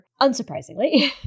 unsurprisingly